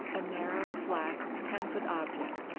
a narrow, flat, ten foot object,